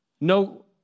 no